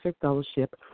fellowship